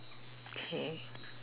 okay